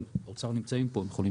אבל האוצר נמצאים פה, הם גם יכולים